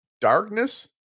Darkness